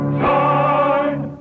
shine